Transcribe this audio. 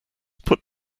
put